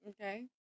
Okay